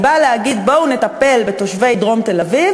היא באה להגיד: בואו נטפל בתושבי דרום תל-אביב